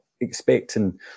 expecting